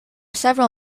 several